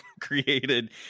created